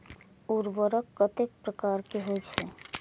उर्वरक कतेक प्रकार के होई छै?